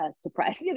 surprise